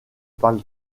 parle